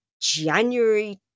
January